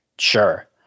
Sure